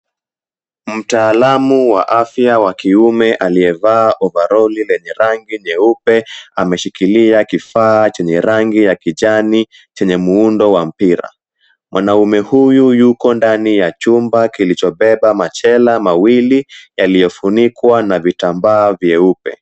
Mtaalamu wa afya wa kiume aliyevaa overall lenye rangi nyeupe ameshikilia kifa cha rangi ya kijani chenye muundo wa mpira. Mwanaume huyu yuko ndani ya chumba kilichobeba machela mawili yaliyofunikwa na vitambaa vyeupe.